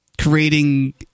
creating